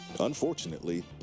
Unfortunately